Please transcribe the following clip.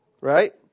right